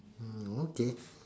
hmm okay